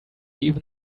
even